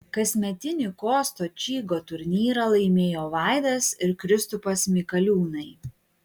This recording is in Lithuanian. kasmetinį kosto čygo turnyrą laimėjo vaidas ir kristupas mikaliūnai